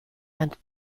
and